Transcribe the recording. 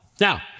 Now